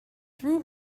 threw